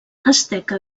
asteca